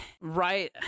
right